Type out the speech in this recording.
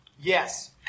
Yes